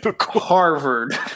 Harvard